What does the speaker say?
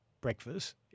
breakfast